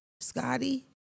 Scotty